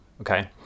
okay